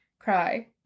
cry